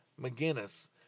McGinnis